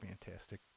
Fantastic